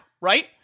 right